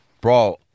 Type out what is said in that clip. Bro